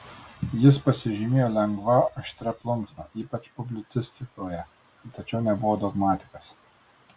jis pasižymėjo lengva aštria plunksna ypač publicistikoje tačiau nebuvo dogmatikas